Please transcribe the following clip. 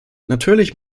natürlich